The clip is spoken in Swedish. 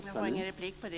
Herr talman!